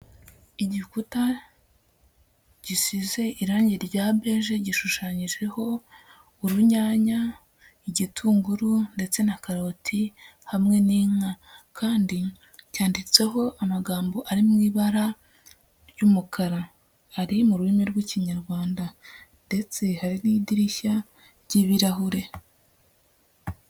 Igikuta gisize irangi rya beige gishushanyijeho urunyanya, igitunguru ndetse na karoti hamwe n'inka kandi cyanditseho amagambo ari mu ibara ry'umukara, ari mu rurimi rw'Ikinyarwanda ndetse hari n'idirishya ry'ibirahure.